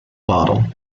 bottle